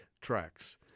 tracks